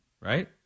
right